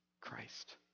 Christ